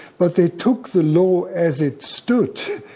but they took the law as it stood,